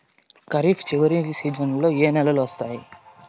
ఖరీఫ్ చివరి సీజన్లలో ఏ నెలలు వస్తాయి?